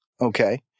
okay